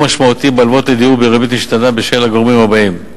משמעותי בהלוואות לדיור בריבית משתנה בשל הגורמים הבאים: